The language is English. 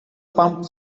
pumped